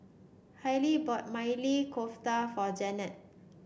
Haylie bought Maili Kofta for Janet